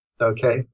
okay